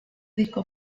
disco